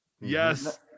Yes